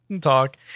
talk